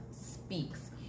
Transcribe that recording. speaks